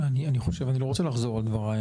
אני לא רוצה לחזור על דבריי.